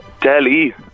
Delhi